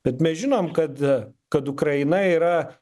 bet mes žinom kad kad ukraina yra